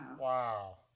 Wow